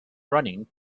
running